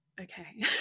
okay